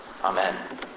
Amen